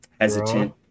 hesitant